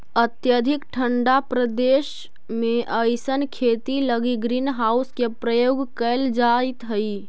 अत्यधिक ठंडा प्रदेश में अइसन खेती लगी ग्रीन हाउस के प्रयोग कैल जाइत हइ